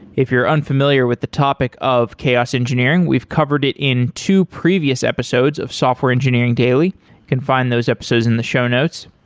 if you're unfamiliar with the topic of chaos engineering, we've covered it in two previous episodes of software engineering daily. you can find those episodes in the show notes.